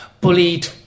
bullied